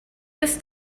this